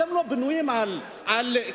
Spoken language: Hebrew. אתם לא בנויים על קיפוח?